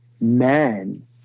men